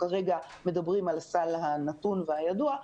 כרגע מדברים על הסל הנתון והידוע.